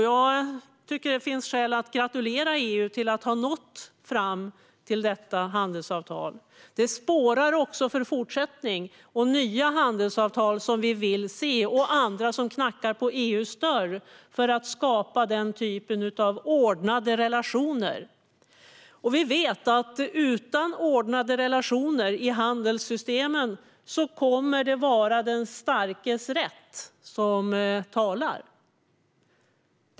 Jag tycker att det finns skäl att gratulera EU till att ha nått fram till detta handelsavtal. Det sporrar också för fortsättning, för nya handelsavtal som vi vill se, för nya som knackar på EU:s dörr för att skapa den typen av ordnade relationer. Utan ordnade relationer i handelssystemen kommer det att vara den starkes rätt som talar.